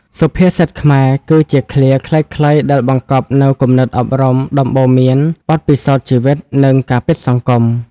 សុភាសិតខ្មែរ គឺជាឃ្លាខ្លីៗដែលបង្កប់នូវគំនិតអប់រំ ដំបូន្មាន បទពិសោធន៍ជីវិត និងការពិតសង្គម។